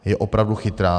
Je opravdu chytrá?